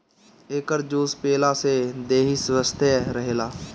एकर juice पियला से देहि स्वस्थ्य रहेला